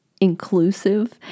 inclusive